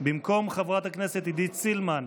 במקום חברת הכנסת עידית סילמן,